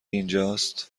اینجاست